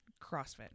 CrossFit